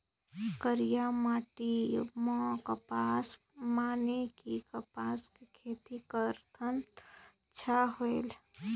करिया माटी म कपसा माने कि कपास के खेती करथन तो अच्छा होयल?